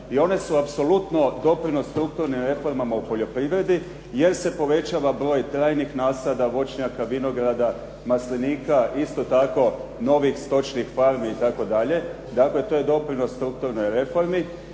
i one su apsolutno doprinos strukturnim reformama u poljoprivredi jer se povećava broj trajnih nasada, voćnjaka, vinograda, maslinika, isto tako novih stočnih farmi itd. Dakle, to je doprinos strukturnoj reformi.